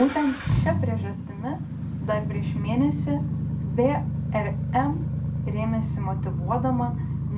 būtent šia priežastimi dar prieš mėnesį vrm rėmėsi motyvuodama